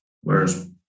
whereas